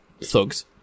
thugs